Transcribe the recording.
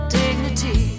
dignity